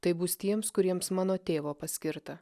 taip bus tiems kuriems mano tėvo paskirta